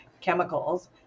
chemicals